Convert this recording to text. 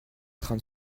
train